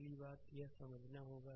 पहली बात यह समझना होगा